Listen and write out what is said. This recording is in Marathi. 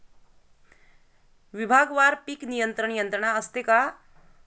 विभागवार पीक नियंत्रण यंत्रणा असते का?